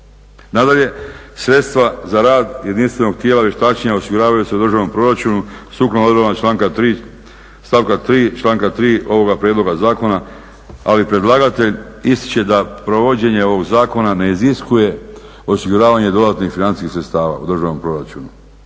Nadalje, sredstva za rad jedinstvenog tijela vještačenja osiguravaju se u državnom proračunu sukladno odredbama članka 3. stavka 3. ovoga prijedloga zakona ali predlagatelj ističe da provođenje ovog zakona ne iziskuje osiguravanje dodatnih financijskih sredstava u državnom proračunu.